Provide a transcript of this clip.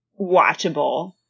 watchable